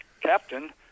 Captain